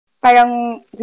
parang